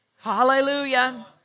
Hallelujah